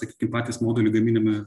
sakim patys moduliai gaminami